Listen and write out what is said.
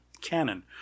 canon